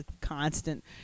constant